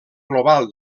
global